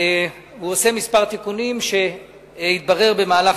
הוא עושה כמה תיקונים שהתברר במהלך